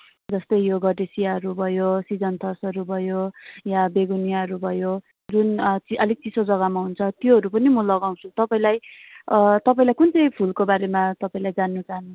जस्तै यो गडेसियाहरू भयो सिजनथसहरू भयो या बेगोनियोहरू भयो जुन अलिक चिसो जग्गामा हुन्छ त्योहरू पनि म लगाउँछु तपाईँलाई तपाईँलाई कुन चाहिँ फुलको बारेमा तपाईँलाई जान्न चाहनुहुन्छ